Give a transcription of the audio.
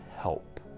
help